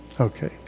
okay